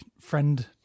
friend